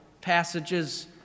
passages